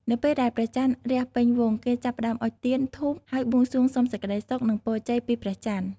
នៅពេលដែលព្រះច័ន្ទរះពេញវង់ គេចាប់ផ្តើមអុជទៀន ធូប ហើយបួងសួងសុំសេចក្តីសុខ និងពរជ័យពីព្រះច័ន្ទ។